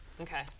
Okay